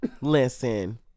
Listen